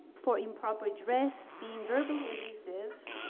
for improper dress, being verbally abusive,